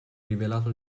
rilevato